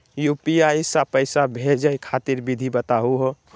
UPI स पैसा भेजै खातिर विधि बताहु हो?